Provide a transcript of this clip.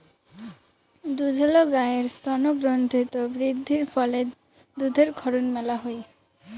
দুধেল গাইের স্তনগ্রন্থিত বৃদ্ধির ফলে দুধের ক্ষরণ মেলা হই